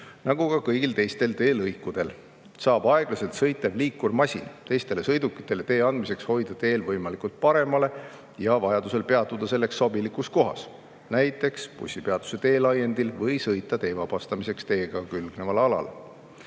nagu ka kõigil teistel teelõikudel saab aeglaselt sõitev liikurmasin teistele sõidukitele tee andmiseks hoida teel võimalikult paremale ja vajadusel peatuda selleks sobilikus kohas, näiteks bussipeatuse teelaiendil, või sõita tee vabastamiseks teega külgneval alal.